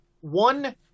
one